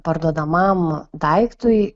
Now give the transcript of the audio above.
parduodamam daiktui